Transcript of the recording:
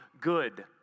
good